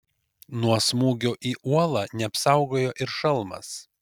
nuo smūgio į uolą neapsaugojo ir šalmas